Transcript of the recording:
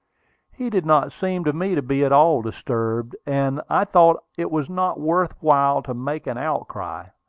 he did not seem to me to be at all disturbed, and i thought it was not worth while to make any outcry.